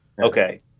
Okay